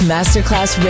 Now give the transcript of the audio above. Masterclass